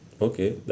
Okay